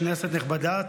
כנסת נכבדה,